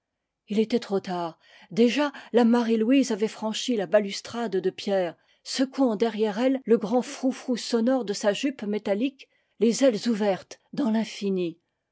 il était trop tard déjà la marie-louise avait franchi la balustrade de pierre secouant derrière elle le grand frou-frou sonore de sa jupe métallique les ailes ouvertes dans